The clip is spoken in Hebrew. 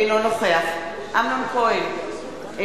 אינו נוכח אמנון כהן,